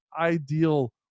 ideal